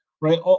right